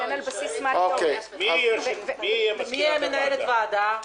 אין על בסיס מה --- אז מי תהיה מנהלת הוועדה?